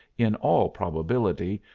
in all probability,